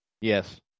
Yes